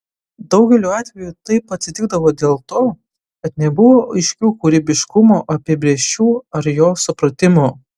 daugeliu atveju taip atsitikdavo dėl to kad nebuvo aiškių kūrybiškumo apibrėžčių ar jo supratimo